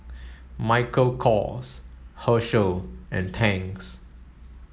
Michael Kors Herschel and Tangs